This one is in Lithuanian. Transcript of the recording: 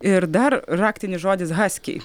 ir dar raktinis žodis haskiai